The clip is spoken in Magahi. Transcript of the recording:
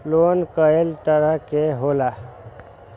लोन कय तरह के होला?